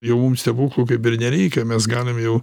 jau mum stebuklų kaip ir nereikia mes galim jau